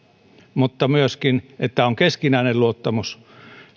mutta myöskin se että on keskinäinen luottamus